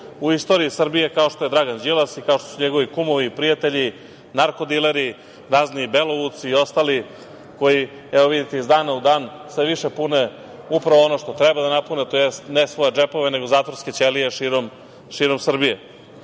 u istoriji Srbije kao što je Dragan Đilas, i kao što su njegovi kumovi, prijatelji, narko-dileri, razni belovuci i ostali, koji, evo, vidite iz dana u dan, sve više pune, upravo ono što treba da napune, tj. ne svoje džepove, nego zatvorske ćelije širom Srbije. Uveren